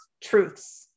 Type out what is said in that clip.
truths